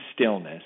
stillness